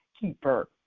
keeper